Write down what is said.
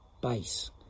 base